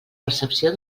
percepció